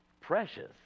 precious